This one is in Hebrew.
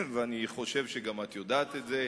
ואני חושב שאת גם יודעת את זה.